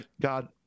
God